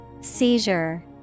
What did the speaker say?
Seizure